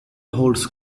holds